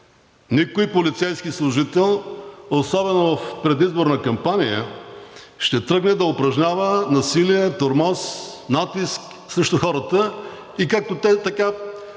Никой полицейски служител, особено в предизборна кампания, няма да тръгне да упражнява насилие, тормоз, натиск срещу хората. Както те така